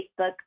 Facebook